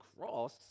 cross